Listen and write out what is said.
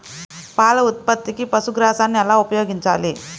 పాల ఉత్పత్తికి పశుగ్రాసాన్ని ఎలా ఉపయోగించాలి?